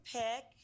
pick